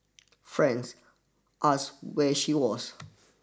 friends asked where she was